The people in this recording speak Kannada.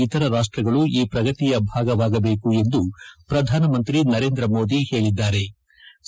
ಇತರ ರಾಷ್ಷಗಳು ಈ ಶ್ರಗತಿಯ ಭಾಗವಾಗಬೇಕು ಎಂದು ಪ್ರಧಾನಮಂತ್ರಿ ನರೇಂದ್ರಮೋದಿ ಹೇಳಿದ್ಗಾರೆ